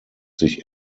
sich